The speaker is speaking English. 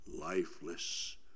lifeless